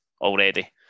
already